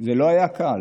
זה לא היה קל.